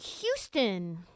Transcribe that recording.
Houston